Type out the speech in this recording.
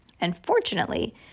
Unfortunately